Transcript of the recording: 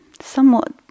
somewhat